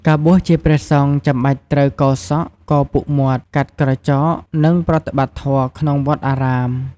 ការបួសជាព្រះសង្ឃចាំបាច់ត្រូវកោរសក់ កោរពុកមាត់ កាត់ក្រចក និងប្រតិបត្តិព្រះធម៌ក្នុងវត្តអារាម។